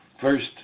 First